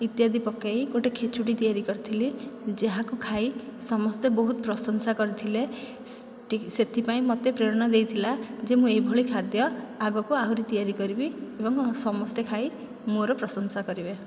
ଇତ୍ୟାଦି ପକେଇ ଗୋଟିଏ ଖିଚୁଡ଼ି ତିଆରି କରିଥିଲି ଯାହାକୁ ଖାଇ ସମସ୍ତେ ବହୁତ ପ୍ରଶଂସା କରିଥିଲେ ସେତିକି ସେଥିପାଇଁ ମୋତେ ପ୍ରେରଣା ଦେଇଥିଲା ଯେ ମୁଁ ଏହିଭଳି ଖାଦ୍ୟ ଆଗକୁ ଆହୁରି ତିଆରି କରିବି ଏବଂ ସମସ୍ତେ ଖାଇ ମୋର ପ୍ରଶଂସା କରିବେ